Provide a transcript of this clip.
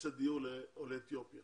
מקבצי לעולי אתיופיה